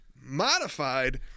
modified